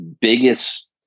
biggest